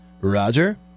Roger